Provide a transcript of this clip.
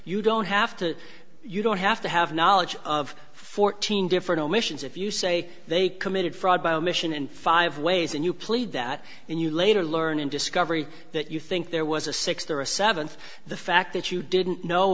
you don't have to you don't have to have knowledge of fourteen different omissions if you say they committed fraud by omission in five ways and you plead that and you later learned in discovery that you think there was a sixth or a seventh the fact that you didn't know